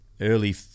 early